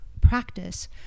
practice